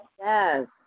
Yes